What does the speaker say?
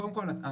קודם כל התקציב,